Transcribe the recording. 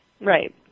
Right